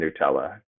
Nutella